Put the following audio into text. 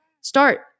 start